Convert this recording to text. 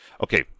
Okay